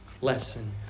lesson